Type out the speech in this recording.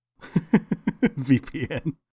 VPN